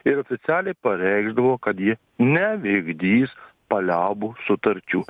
ir oficialiai pareikšdavo kad ji nevykdys paliaubų sutarčių